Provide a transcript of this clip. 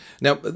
Now